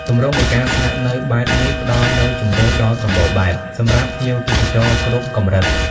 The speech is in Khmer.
ទម្រង់នៃការស្នាក់នៅបែបនេះផ្តល់នូវ ជម្រើសដ៏សម្បូរបែប សម្រាប់ភ្ញៀវទេសចរគ្រប់កម្រិត។